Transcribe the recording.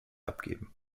abgeben